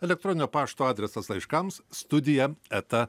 elektroninio pašto adresas laiškams studija eta